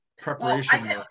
preparation